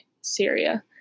Syria